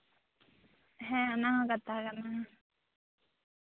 ᱦᱮᱸ ᱚᱱᱟ ᱦᱚᱸ ᱠᱟᱛᱷᱟ ᱠᱟᱱᱟ